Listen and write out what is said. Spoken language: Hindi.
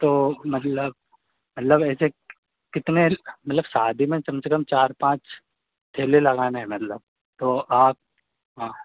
तो मतलब मतलब ऐसे कितने मतलब शादी में कम से कम चार पाँच ठेले लगाना है मतलब तो आप हाँ